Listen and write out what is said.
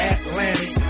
Atlantic